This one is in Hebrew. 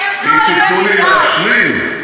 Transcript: אם תיתנו לי להשלים,